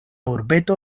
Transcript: urbeto